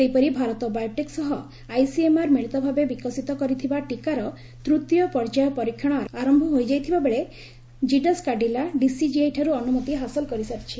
ସେହିପରି ଭାରତ ବାୟୋଟେକ୍ ସହ ଆଇସିଏମ୍ଆର୍ ମିଳିତ ଭାବେ ବିକଶିତ କରିଥିବା ଟିକାର ତୂତୀୟ ପର୍ଯ୍ୟାୟ ପରୀକ୍ଷଣ ଆରମ୍ଭ ହୋଇଯାଇଥିବା ବେଳେ ଜିଡସ୍ କାଡିଲା ଡିସିଜିଆଇ ଠାରୁ ଅନୁମତି ହାସଲ କରିସାରିଛି